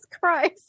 Christ